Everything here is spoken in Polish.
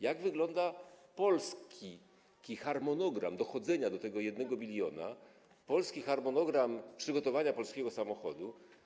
Jak wygląda polski harmonogram dochodzenia do tego 1 miliona, polski harmonogram przygotowania polskiego samochodu?